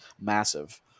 massive